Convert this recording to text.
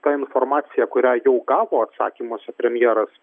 ta informacija kurią jau gavo atsakymuose premjeras